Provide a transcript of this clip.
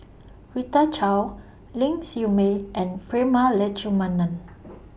Rita Chao Ling Siew May and Prema Letchumanan